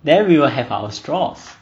then we will have our straws